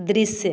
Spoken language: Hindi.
दृश्य